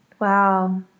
Wow